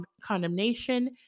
condemnation